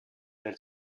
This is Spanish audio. del